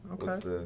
okay